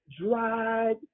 dried